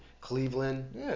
Cleveland